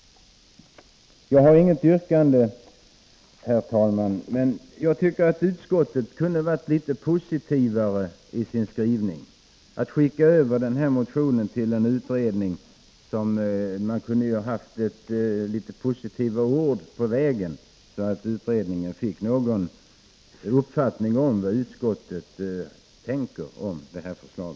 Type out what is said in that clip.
Jag har inget yrkande, men jag tycker att utskottet kunde ha varit litet positivare i sin skrivning när det skickar över motionen till en utredning. Man kunde ha givit några råd på vägen, så att utredningen kunnat få någon uppfattning om vad utskottet tänker om vårt förslag.